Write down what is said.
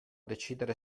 decidere